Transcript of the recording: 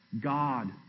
God